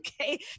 okay